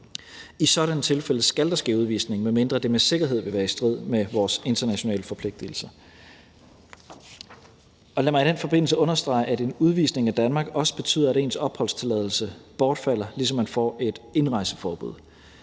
I sådanne tilfælde skal der ske udvisning, medmindre det med sikkerhed vil være i strid med vores internationale forpligtelser. Lad mig i den forbindelse understrege, at en udvisning af Danmark også betyder, at ens opholdstilladelse bortfalder, ligesom man får indrejseforbud.